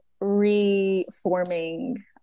reforming